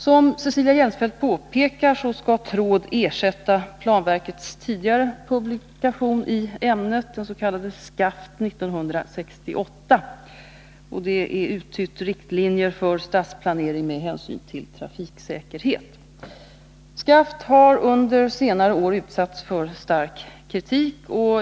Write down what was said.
Som Cecilia Jensfelt påpekar skall TRÅD ersätta planverkets tidigare publikation i ämnet, den s.k. SCAFT 1968: Riktlinjer för stadsplanering med hänsyn till trafiksäkerhet. SCAFT har under senare år utsatts för stark kritik.